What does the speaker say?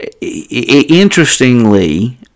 Interestingly